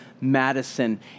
Madison